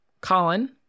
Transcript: Colin